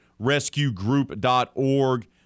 rescuegroup.org